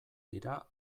dira